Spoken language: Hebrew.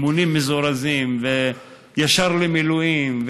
אימונים מזורזים וישר למילואים,